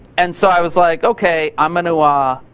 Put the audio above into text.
and so, i was like, ok. i'm and um